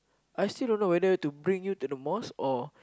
I still don't know whether to bring you to the mosque or